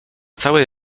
całej